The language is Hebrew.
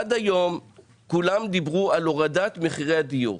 עד היום כולם דיברו על הורדת מחירי הדיור.